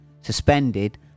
suspended